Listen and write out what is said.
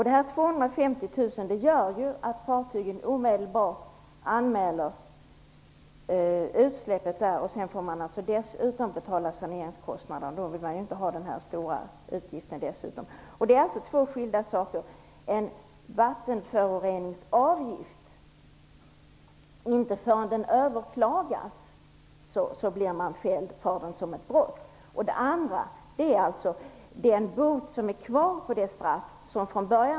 Dessa 250 000 kr gör ju att fartyget omedelbart anmäler utsläppet. Sedan får man dessutom betala saneringskostnaderna. Då vill man ju inte dessutom ha denna stora utgift. Det är alltså två skilda saker. När det gäller vattenföroreningsavgifter blir man inte fälld för något brott förrän avgiften överklagas. Från början var straffet både bot och fängelse.